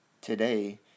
today